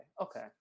okay